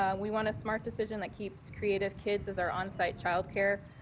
um we want a smart decision that keeps creative kids as our on-site childcare.